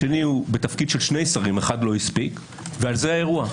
השני הוא בתפקיד של שני שרים אחד לא הספיק ועל זה האירוע.